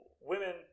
Women